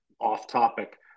off-topic